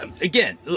Again